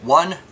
one